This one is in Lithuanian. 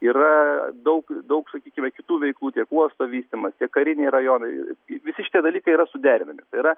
yra daug daug sakykime kitų veiklų tiek uosto vystymas tiek kariniai rajonai visi šitie dalykai yra suderinami tai yra